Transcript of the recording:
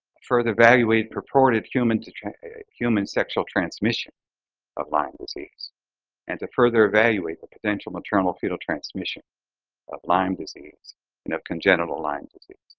further, evaluate purported human to human sexual transmission of lyme disease and to further evaluate the potential maternal-fetal transmission of lyme disease and of congenital lyme disease.